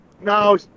no